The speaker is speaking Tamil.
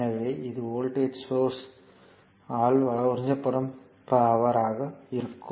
எனவே இது வோல்டேஜ் சோர்ஸ் ஆல் உறிஞ்சப்படும் பவர்யாக இருக்கும்